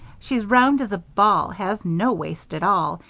she's round as a ball, has no waist at all,